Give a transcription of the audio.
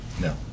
No